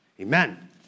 amen